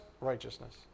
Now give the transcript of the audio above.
righteousness